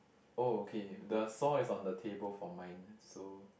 oh okay the saw is on the table for mine so